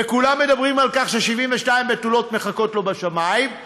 וכולם מדברים על כך ש-72 בתולות מחכות לו בשמים,